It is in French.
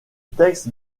texte